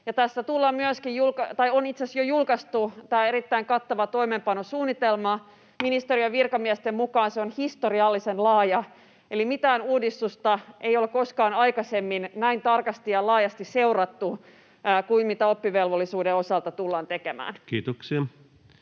ja on itse asiassa jo julkaistu tämä erittäin kattava toimeenpanosuunnitelma. Ministeriön virkamiesten mukaan se on historiallisen laaja, eli mitään uudistusta ei olla koskaan aikaisemmin näin tarkasti ja laajasti seurattu kuin mitä oppivelvollisuuden osalta tullaan tekemään. Kiitoksia.